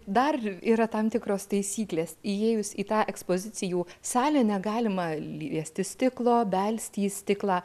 dar yra tam tikros taisyklės įėjus į tą ekspozicijų salę negalima liesti stiklo belsti į stiklą